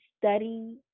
study